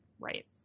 Right